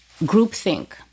groupthink